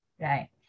right